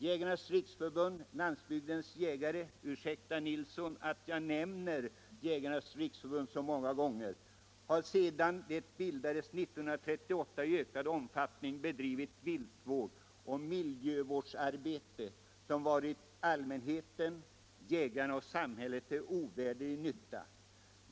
Jägarnas riksförbund-Landsbygdens jägare — ursäkta, herr Nilsson i Kalmar, att jag nämnder organisationen vid namn så många gånger — har sedan det bildades 1938 i ökad omfattning bedrivit viltoch miljövårdsarbete som varit allmänheten, jägarna och samhället till ovärderlig nytta.